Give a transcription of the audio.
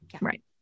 Right